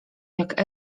jak